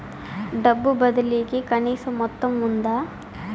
డబ్బు బదిలీ కి కనీస మొత్తం ఉందా?